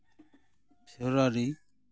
February